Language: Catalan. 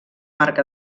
marc